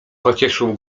pocieszył